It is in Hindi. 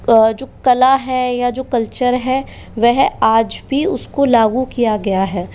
जो कला है या जो कल्चर है वह आज भी उसको लागू किया गया है